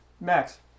Max